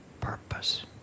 purpose